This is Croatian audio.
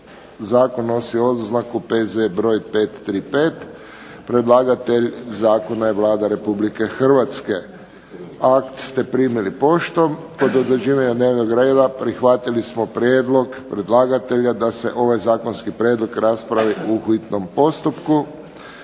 i drugo čitanje P.Z.br. 535 Predlagatelj zakona je Vlada Republike Hrvatske. Akt ste primili poštom. Kod utvrđivanja dnevnog reda prihvatili smo prijedlog predlagatelja da se ovaj zakonski prijedlog raspravi u hitnom postupku.